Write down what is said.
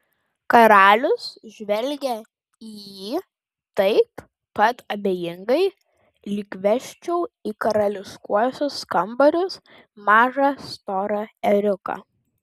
karalius žvelgia į jį taip pat abejingai lyg vesčiau į karališkuosius kambarius mažą storą ėriuką